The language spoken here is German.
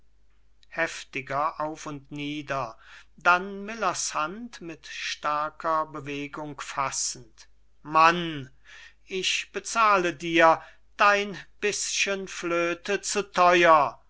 und nieder dann millers hand mit starker bewegung fassend mann ich bezahle dir dein bischen flöte zu theuer und